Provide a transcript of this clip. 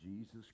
jesus